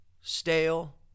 stale